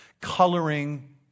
Coloring